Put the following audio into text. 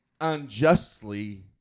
unjustly